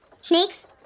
snakes